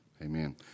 Amen